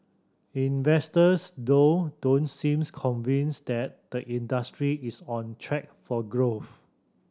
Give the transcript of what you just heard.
investors though don't seems convinced that the industry is on track for growth